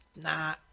Nah